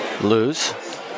lose